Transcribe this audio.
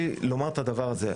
הזה.